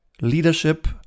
leadership